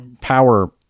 power